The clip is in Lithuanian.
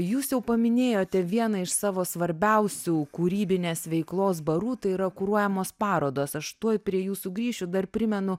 jūs jau paminėjote vieną iš savo svarbiausių kūrybinės veiklos barų tai yra kuruojamos parodos aš tuoj prie jų sugrįšiu dar primenu